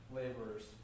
laborers